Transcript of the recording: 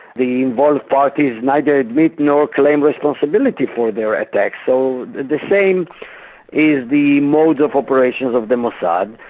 the involved parties neither admit nor claim responsibility for their attacks. so the same is the mode of operation of the mossad,